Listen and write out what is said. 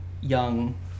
young